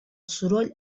soroll